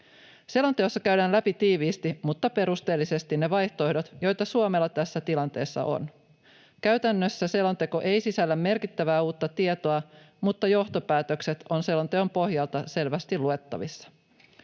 Selonteossa käydään läpi tiiviisti mutta perusteellisesti ne vaihtoehdot, joita Suomella tässä tilanteessa on. Käytännössä selonteko ei sisällä merkittävää uutta tietoa, mutta johtopäätökset ovat selonteon pohjalta selvästi luettavissa.